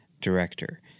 director